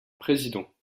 président